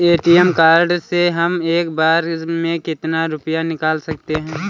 ATM card से हम एक बार में कितना रुपया निकाल सकते हैं?